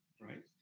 right